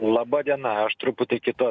laba diena aš truputį kitu